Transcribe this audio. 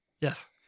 Yes